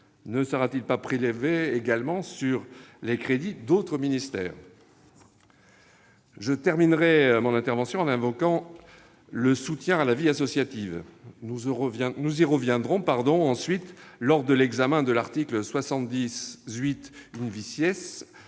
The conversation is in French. Ne sera-t-il pas prélevé également sur les crédits d'autres ministères ? Je terminerai mon intervention en évoquant le soutien à la vie associative. Nous y reviendrons lors de l'examen de l'article 78 : le levier